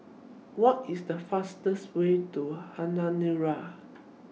What IS The fastest Way to Honiara